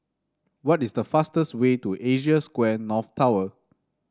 what is the fastest way to Asia Square North Tower